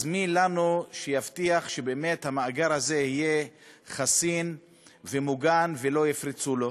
אז מי לנו שיבטיח שבאמת המאגר הזה יהיה חסין ומוגן ולא יפרצו אליו?